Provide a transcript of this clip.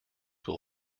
will